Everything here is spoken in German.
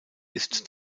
ist